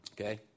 Okay